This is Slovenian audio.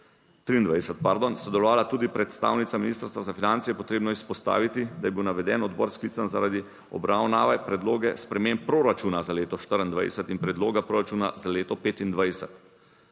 2023, pardon, sodelovala tudi predstavnica Ministrstva za finance, je potrebno izpostaviti, da je bil naveden odbor sklican zaradi obravnave Predloga sprememb proračuna za leto 2024 in Predloga proračuna za leto 2025